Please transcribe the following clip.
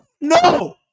No